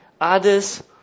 Others